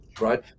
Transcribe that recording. right